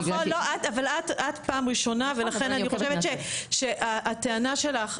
את פעם ראשונה ולכן אני חושבת שהטענה שלך,